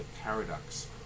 paradox